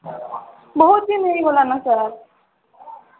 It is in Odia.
ବହୁତ ଦିନ ହେଇଗଲାଣି ସାର୍